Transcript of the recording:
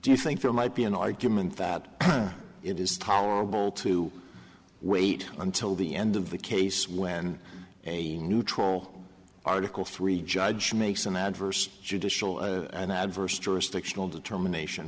do you think there might be an argument that it is tolerable to wait until the end of the case when a neutral article three judge makes an adverse judicial and adverse jurisdictional determination